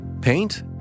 Paint